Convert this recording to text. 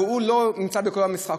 הוא לא נמצא בכל המשחק.